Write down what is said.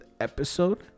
episode